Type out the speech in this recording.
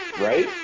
Right